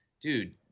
dude